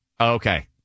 Okay